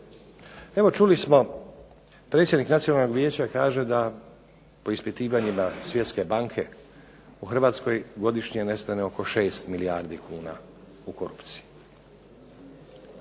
Evo, čuli smo predsjednik Nacionalnog vijeća kaže da po ispitivanjima Svjetske banke u Hrvatskoj godišnje nestane oko 6 milijardi kuna u korupciji.